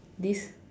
this